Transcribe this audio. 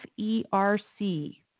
FERC